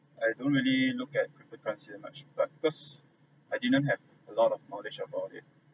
I don't really look at cryptocurrency much but because I didn't have a lot of knowledge about it